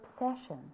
obsession